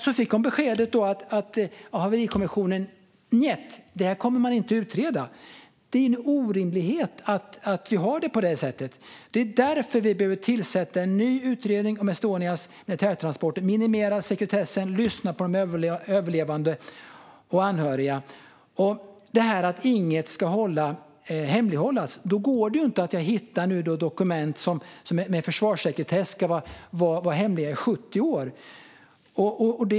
Hon fick beskedet att haverikommissionen inte kommer att utreda detta. Det är en orimlighet att vi har det på det sättet. Det är därför vi behöver tillsätta en ny utredning om Estonias militärtransporter och minimera sekretessen och lyssna på de överlevande och anhöriga. Sedan gäller det detta med att inget ska hemlighållas. Då kan det ju inte vara så att jag hittar dokument som med försvarssekretess ska vara hemliga i 70 år.